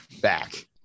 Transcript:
Back